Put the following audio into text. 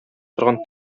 торган